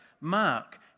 Mark